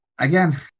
Again